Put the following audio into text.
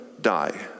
die